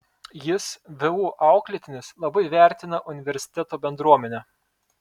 jis vu auklėtinis labai vertina universiteto bendruomenę